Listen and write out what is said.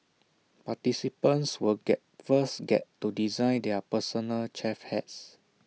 participants will get first get to design their personal chef hats